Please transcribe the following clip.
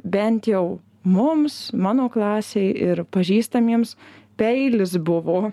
bent jau mums mano klasėj ir pažįstamiems peilis buvo